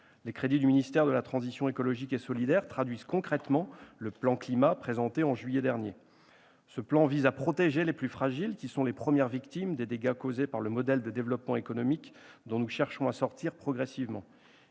Les crédits du ministère de la transition écologique et solidaire traduisent concrètement le plan Climat présenté en juillet dernier. Ce plan vise à protéger les plus fragiles, qui sont les premières victimes des dégâts causés par le modèle de développement économique dont nous cherchons à sortir progressivement.